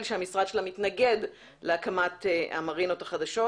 שהמשרד שלה מתנגד להקמת המרינות החדשות.